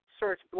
search